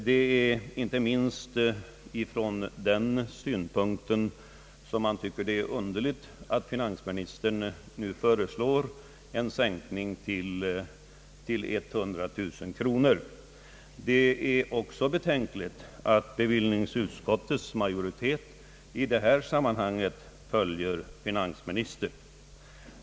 Det är inte minst från den synpunkten som man tycker att det är underligt att finansministern nu föreslår en sänkning till 100 000 kro nor. Det är också betänkligt att bevillningsutskottets majoritet i det här sammanhanget följer finansministern.